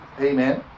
Amen